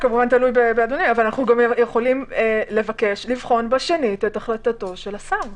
אנחנו גם יכולים לבקש לבחון בשנית את החלטת השר.